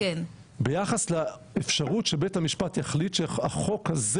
ביחס לאפשרות שבית המשפט יחליט שהחוק הזה